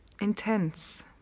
intense